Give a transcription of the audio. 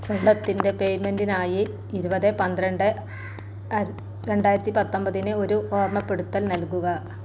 വെള്ളത്തിൻ്റെ പേയ്മെൻ്റിനായി ഇരുപത് പന്ത്രണ്ട് ആ രണ്ടായിരത്തി പത്തൊമ്പതിന് ഒരു ഓർമപ്പെടുത്തൽ നൽകുക